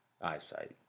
eyesight